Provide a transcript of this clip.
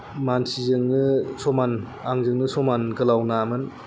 मानसिजोंनो समान आंजोंनो समान गोलाव नामोन